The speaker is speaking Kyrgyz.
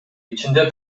ичинде